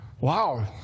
Wow